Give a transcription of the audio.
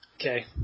Okay